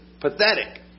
pathetic